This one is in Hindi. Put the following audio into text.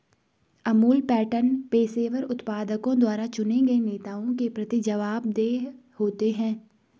अमूल पैटर्न पेशेवर उत्पादकों द्वारा चुने गए नेताओं के प्रति जवाबदेह होते हैं